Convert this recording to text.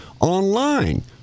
online